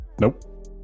Nope